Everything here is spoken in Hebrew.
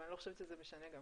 אבל אני לא חושבת שזה משנה גם